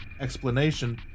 explanation